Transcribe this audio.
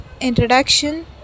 introduction